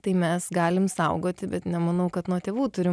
tai mes galim saugoti bet nemanau kad nuo tėvų turim